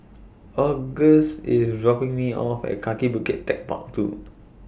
August IS dropping Me off At Kaki Bukit Techpark two